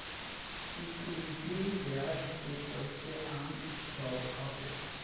equity, ब्याज के सबसे आम स्टॉक हवे